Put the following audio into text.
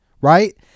right